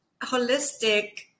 holistic